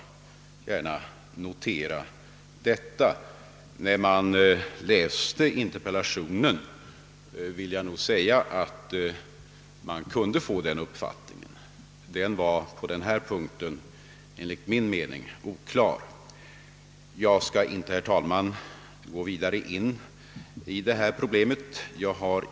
När man läste interpellationen kunde man lätt få den uppfattningen. Enligt min mening var interpellationen oklar på den punkten. Jag skall nu inte gå närmare in på denna fråga.